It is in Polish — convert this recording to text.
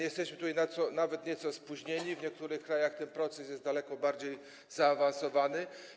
Jesteśmy tutaj nawet nieco spóźnieni, w niektórych krajach ten proces jest daleko bardziej zaawansowany.